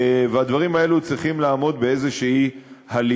והדברים האלה צריכים לעמוד באיזו הלימה.